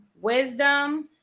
wisdom